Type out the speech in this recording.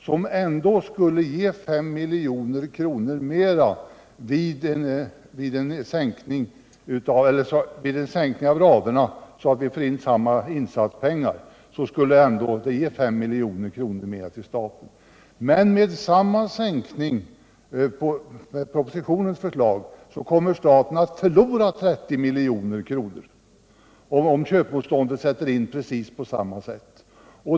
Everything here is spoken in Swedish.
Det ger ändå 5 milj.kr. mer vid en sänkning av radantalet, så att vi får in lika mycket i insatspengar som förut. Men vid samma sänkning av radantalet — dvs. om köpmotståndet sätter in precis på samma sätt — och med propositionens förslag kommer staten att förlora 30 milj.kr.